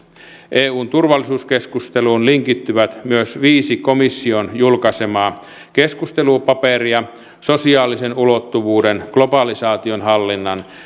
eun tulevaisuuskeskusteluun linkittyvät myös viisi komission julkaisemaa keskustelupaperia sosiaalisen ulottuvuuden globalisaation hallinnan